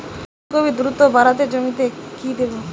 ফুলকপি দ্রুত বাড়াতে জমিতে কি দেবো?